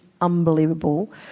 unbelievable